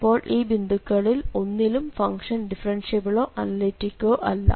അപ്പോൾ ഈ ബിന്ദുകളിൽ ഒന്നിലും ഫംഗ്ഷൻ ഡിഫറൻഷ്യബ്ളോ അനലിറ്റിക്കോ അല്ല